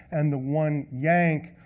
and the one yank,